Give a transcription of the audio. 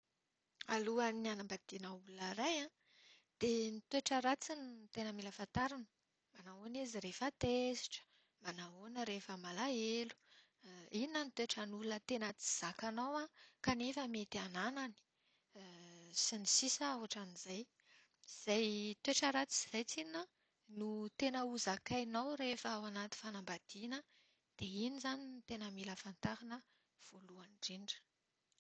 Alohan'ny hanambadiana olona iray, dia ny toetra ratsiny no tena mila fantarina. Manahoana izy rehefa tezitra, manahoana rehefa malahelo, inona ny toetran'olona tena tsy zakanao kanefa mety hananany, sy ny sisa ohatran'izay. Izay toetra ratsy izay tsinona no tena ho zakainao rehefa ao anaty fanambadiana, dia iny izany no tena mila fantarina voalohany indrindra.